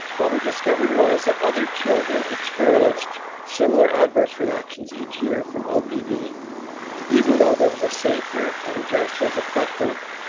what we discovered was that other children experienced similar adverse reactions each year from opv even even though there was a safer and just as effective